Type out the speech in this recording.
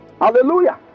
Hallelujah